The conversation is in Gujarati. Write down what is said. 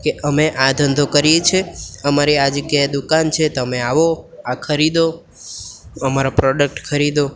કે અમે આ ધંધો કરીએ છીએ અમારી આ જગ્યાએ દુકાન છે તમે આવો આ ખરીદો અમારા પ્રોડક્ટ ખરીદો